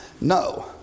No